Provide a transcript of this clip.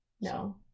No